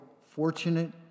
fortunate